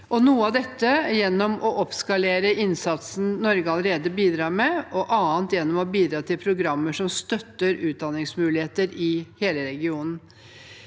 noe av dette gjennom å oppskalere innsatsen Norge allerede bidrar med, og annet gjennom å bidra til programmer som støtter utdanningsmuligheter i hele regionen.